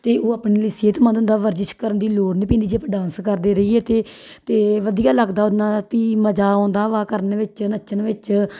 ਅਤੇ ਉਹ ਆਪਣੇ ਲਈ ਸਿਹਤਮੰਦ ਹੁੰਦਾ ਵਰਜ਼ਿਸ ਕਰਨ ਦੀ ਲੋੜ ਨਹੀਂ ਪੈਂਦੀ ਜੇ ਆਪਾਂ ਡਾਂਸ ਕਰਦੇ ਰਹੀਏ ਤਾਂ ਅਤੇ ਵਧੀਆ ਲੱਗਦਾ ਉਹਨਾਂ ਵੀ ਮਜ਼ਾ ਆਉਂਦਾ ਵਾ ਕਰਨ ਵਿੱਚ ਨੱਚਣ ਵਿੱਚ